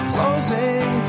Closing